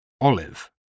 Olive